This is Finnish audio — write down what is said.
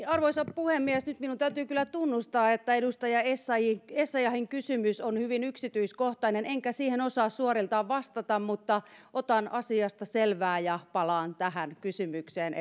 arvoisa puhemies nyt minun täytyy kyllä tunnustaa että edustaja essayahin kysymys on hyvin yksityiskohtainen enkä siihen osaa suoriltaan vastata mutta otan asiasta selvää ja palaan tähän edustajan kysymykseen